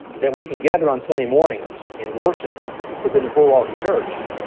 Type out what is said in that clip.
that we can gather on sunday mornings and worship within the four walls the church,